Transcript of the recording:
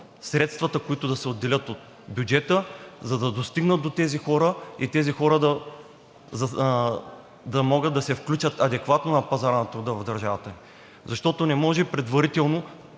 средствата, които да се отделят от бюджета, до тези хора, за да могат да се включат адекватно на пазара на труда в държавата. Не може предварително